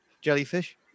jellyfish